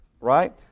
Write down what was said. right